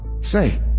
Say